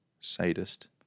sadist